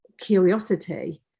curiosity